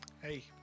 Hey